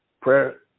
prayer